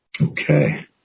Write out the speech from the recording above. Okay